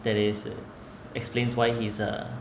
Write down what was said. that is explains why he's a